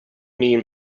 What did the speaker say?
mean